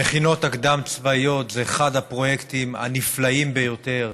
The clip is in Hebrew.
המכינות הקדם-הצבאיות הן אחד הפרויקטים הנפלאים ביותר,